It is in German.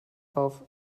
auf